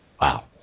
wow